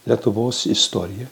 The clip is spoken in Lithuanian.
lietuvos istoriją